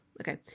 okay